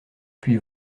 puis